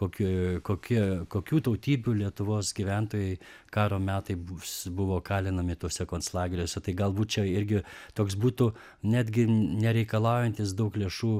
kokia kokia kokių tautybių lietuvos gyventojai karo metai bus buvo kalinami tuose konclageriuose tai galbūt čia irgi toks būtų netgi nereikalaujantis daug lėšų